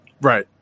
right